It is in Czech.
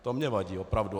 To mi vadí opravdu.